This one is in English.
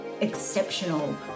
exceptional